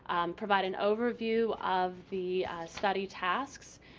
provide an overview of the study tasks.